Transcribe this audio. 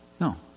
no